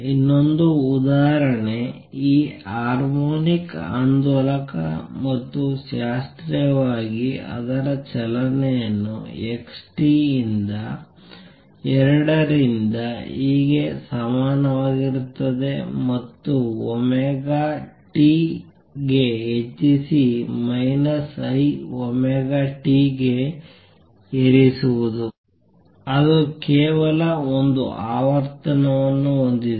ಇನ್ನೊಂದು ಉದಾಹರಣೆ ಈ ಹಾರ್ಮೋನಿಕ್ ಆಂದೋಲಕ ಮತ್ತು ಶಾಸ್ತ್ರೀಯವಾಗಿ ಅದರ ಚಲನೆಯನ್ನು x t ಯಿಂದ 2 ರಿಂದ e ಗೆ ಸಮನಾಗಿರುತ್ತದೆ ಮತ್ತು ಒಮೆಗಾ t ಗೆ ಹೆಚ್ಚಿಸಿ ಮೈನಸ್ i ಒಮೆಗಾ t ಗೆ ಏರಿಸುವುದು ಅದು ಕೇವಲ ಒಂದು ಆವರ್ತನವನ್ನು ಹೊಂದಿದೆ